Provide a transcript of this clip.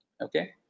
Okay